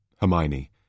Hermione